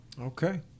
Okay